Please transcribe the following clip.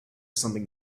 something